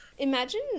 imagine